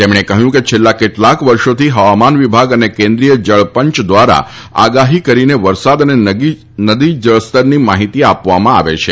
તેમણે કહ્યું કે છેલ્લા કેટલાક વર્ષોથી હવામાન વિભાગ અને કેન્દ્રિય જળ પંચ દ્વારા આગાહી કરીને વરસાદ અને નદી જળ સ્તરની માહિતી આપવામાં આવે છે